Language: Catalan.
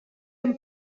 amb